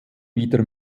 wieder